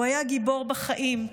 הוא היה גיבור בחיים,